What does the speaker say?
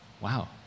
Wow